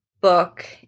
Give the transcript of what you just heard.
book